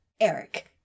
Eric